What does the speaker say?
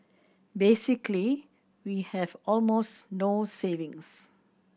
basically we have almost no savings